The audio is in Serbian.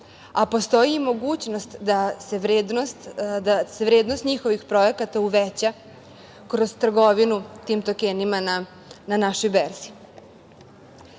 a postoji i mogućnost da se vrednost njihovih projekata uveća kroz trgovinu tim tokenima na našoj berzi. Kada